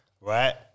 Right